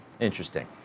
Interesting